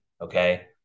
okay